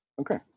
Okay